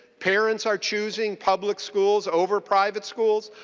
parents are choosing public schools over private schools.